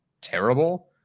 terrible